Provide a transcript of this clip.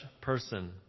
person